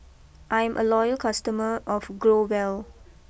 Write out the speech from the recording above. I'm a loyal customer of Growell